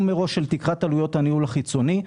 מראש של תקרת עלויות הניהול החיצוני.